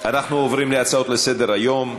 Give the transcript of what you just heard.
אנחנו עוברים להצעות לסדר-היום.